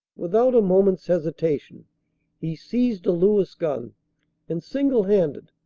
without a moment s hesitation he seized a lewis gun and single-handed,